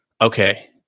okay